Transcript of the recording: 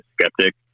skeptic